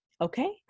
Okay